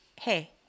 Hey